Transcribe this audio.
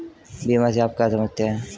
बीमा से आप क्या समझते हैं?